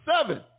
seven